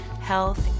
health